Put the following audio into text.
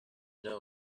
know